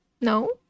no